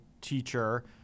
teacher